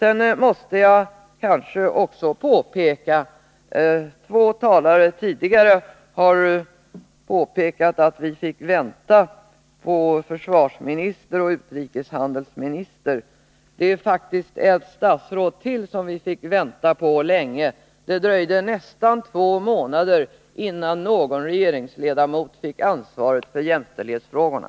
Två talare har tidigare påpekat att vi fick vänta på försvarsministern och utrikeshandelsministern. Det är faktiskt ett statsråd till som vi fick vänta länge på. Det dröjde nästan två månader innan någon regeringsledamot fick ansvaret för jämställdhetsfrågorna.